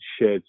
shed